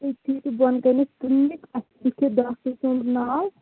تٔتھی بۄنکَنٮ۪تھ clinic doctor سُنٛد ناو